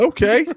Okay